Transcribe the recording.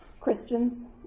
Christians